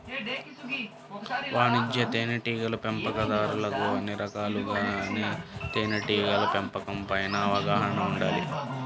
వాణిజ్య తేనెటీగల పెంపకందారులకు అన్ని రకాలుగా తేనెటీగల పెంపకం పైన అవగాహన ఉండాలి